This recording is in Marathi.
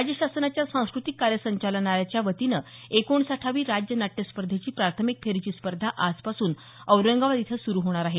राज्य शासनाच्या सांस्क्रतिक कार्य संचालनालयाच्या वतीनं एकोणसाठावी राज्य नाट्य स्पर्धेची प्राथमिक फेरीची स्पर्धा आजपासून औरंगाबाद इथं सुरू होणार आहे